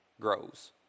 grows